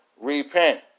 repent